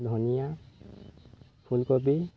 ধনিয়া ফুলকবি